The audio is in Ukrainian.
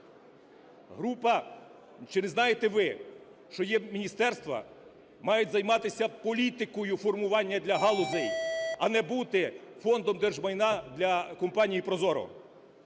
речей. Чи не знаєте ви, що міністерства мають займатися політикою формування для галузей, а не бути Фондом держмайна для компанії ProZorro?